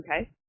Okay